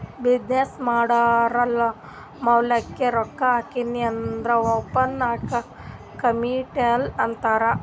business ಮಾಡೂರ್ ಮಾಲಾಕ್ಕೆ ರೊಕ್ಕಾ ಹಾಕಿನ್ ಅಂದುರ್ ಓನ್ ಕ್ಯಾಪಿಟಲ್ ಅಂತಾರ್